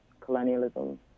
colonialism